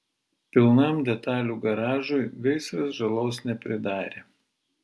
pilnam detalių garažui gaisras žalos nepridarė